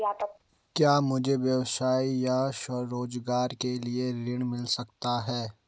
क्या मुझे व्यवसाय या स्वरोज़गार के लिए ऋण मिल सकता है?